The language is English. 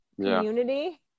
community